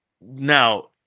Now